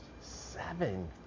Seven